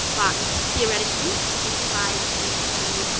but theoretically it applies into